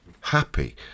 happy